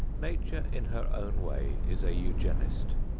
nature in her own way is a eugenist.